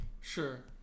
Sure